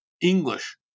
English